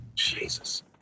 Jesus